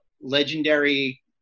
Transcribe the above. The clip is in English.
legendary